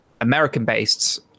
American-based